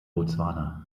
botswana